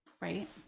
Right